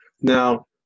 Now